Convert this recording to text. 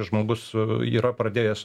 žmogus yra pradėjęs